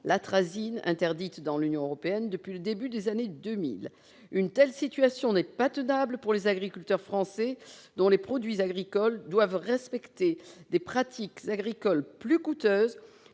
l'Atrazine, interdite dans l'Union européenne depuis le début des années 2000. Une telle situation n'est pas tenable pour les agriculteurs français dont les produits agricoles doivent respecter des pratiques agricoles plus coûteuses